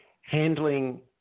handling